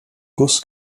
guss